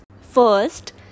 First